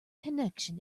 connection